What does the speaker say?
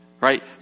right